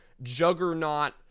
juggernaut